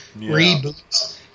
reboots